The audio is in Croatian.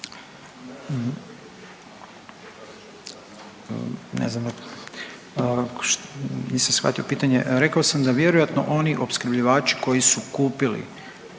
Željko** Nisam shvatio pitanje, rekao sam da oni opskrbljivači koji su kupili